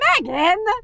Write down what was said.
Megan